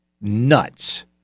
nuts